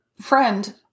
friend